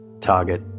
Target